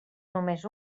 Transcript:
només